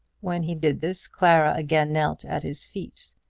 when he did this clara again knelt at his feet.